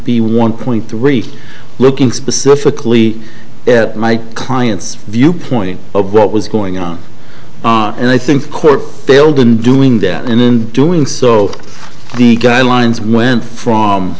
the one point three looking specifically at my client's viewpoint obreht was going on and i think the court failed in doing that and in doing so the guidelines went from